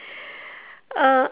uh